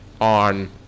on